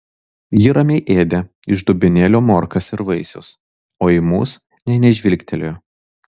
ji ramiai ėdė iš dubenėlio morkas ir vaisius o į mus nė nežvilgtelėjo